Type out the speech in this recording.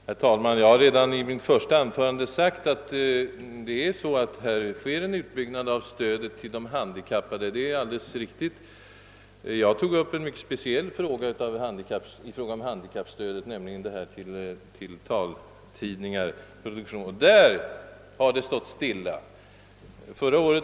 Herr talman! Även jag har redan i mitt första anförande betonat att stödet till de handikappade har byggts ut. Men det var en speciell fråga som jag tog upp, nämligen stödet till produktion av taltidningar, och där har det stått stilla.